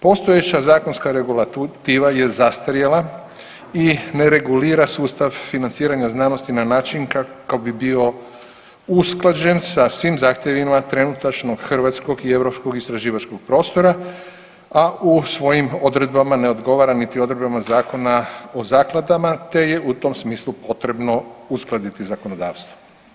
Postojeća zakonska regulativa je zastarjela i ne regulira sustav financiranja znanosti na način kako bi bio usklađen sa svim zahtjevima trenutačno hrvatskog i europskog istraživačkog prostora, a u svojim odredbama ne odgovara niti odredbama Zakona o zakladama te je u tom smislu potrebno uskladiti zakonodavstvo.